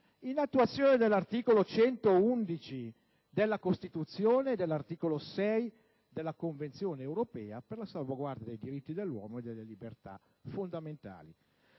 in attuazione dell'articolo 111 della Costituzione e dell'articolo 6 della Convenzione europea per la salvaguardia dei diritti dell'uomo e delle libertà fondamentali».